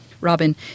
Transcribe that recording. Robin